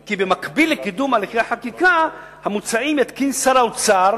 כי במקביל לקידום הליכי החקיקה המוצעים יתקין שר האוצר